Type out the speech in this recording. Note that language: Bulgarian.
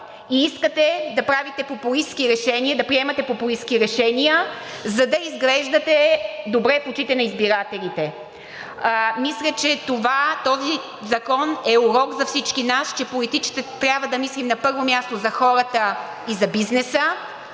и искате да правите и да приемате популистки решения, за да изглеждате добре в очите на избирателите. Мисля, че този закон е урок за всички нас, че политиците трябва да мислим на първо място за хората и за бизнеса,